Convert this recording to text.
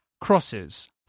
Crosses